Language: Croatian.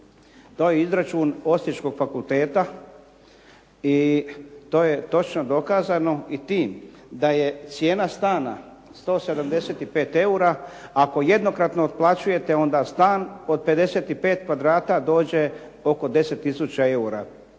To je izračun osječkog fakulteta i to je točno dokazano i tim da je cijena stana 175 eura ako jednokratno otplaćujete onda stan od 55 kvadrata dođe oko 10 tisuća